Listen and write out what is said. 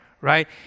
right